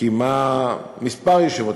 קיימה כמה ישיבות,